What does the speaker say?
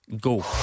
Go